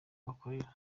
bakorera